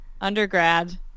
undergrad